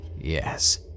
Yes